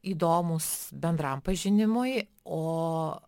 įdomūs bendram pažinimui o